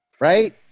right